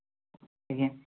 ଆଜ୍ଞା